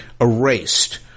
erased